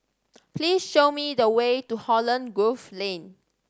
please show me the way to Holland Grove Lane